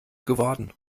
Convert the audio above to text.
geworden